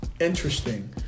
interesting